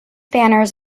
banners